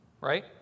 right